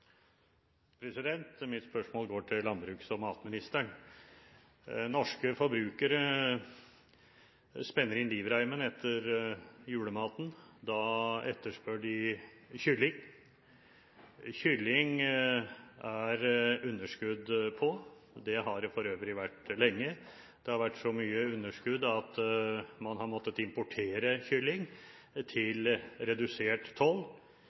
Mitt spørsmål går til landbruks- og matministeren. Norske forbrukere spenner inn livreimen etter julematen. Da etterspør de kylling. Kylling er det underskudd på, og det har det for øvrig vært lenge. Det har vært så mye underskudd at man har måttet importere kylling til redusert